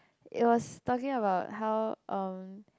it was talking about how um